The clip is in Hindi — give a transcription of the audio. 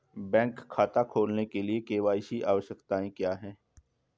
बैंक खाता खोलने के लिए के.वाई.सी आवश्यकताएं क्या हैं?